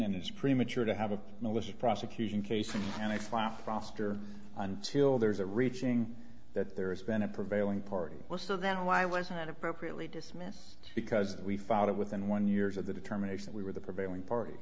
it's premature to have a malicious prosecution case in and i find roster until there's a reaching that there has been a prevailing party was so then why wasn't it appropriately dismissed because we found it within one years of the determination we were the prevailing party